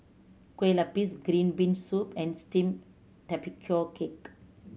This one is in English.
kue lupis green bean soup and steamed tapioca cake